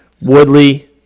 Woodley